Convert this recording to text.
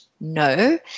No